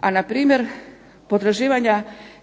A npr. potraživanja